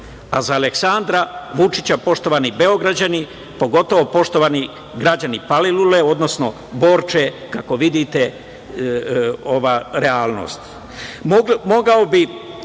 a za Aleksandra Vučića, poštovani Beograđani, pogotovo poštovani građani Palilule, odnosno Borče, kako vidite realnost. Mogao